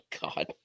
god